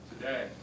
today